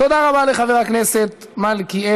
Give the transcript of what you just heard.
תודה רבה לחבר הכנסת מלכיאלי.